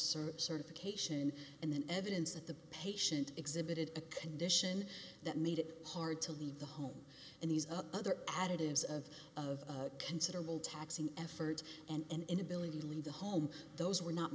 cert certification and then evidence that the patient exhibited a condition that made it hard to leave the home and these other additives of of considerable taxing effort and inability to leave the home those were not